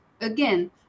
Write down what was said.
again